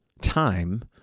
time